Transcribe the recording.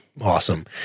awesome